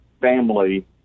family